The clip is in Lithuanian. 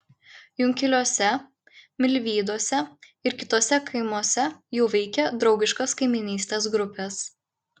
junkiluose milvyduose ir kituose kaimuose jau veikia draugiškos kaimynystės grupės